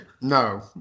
No